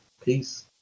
Peace